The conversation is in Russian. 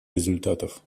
результатов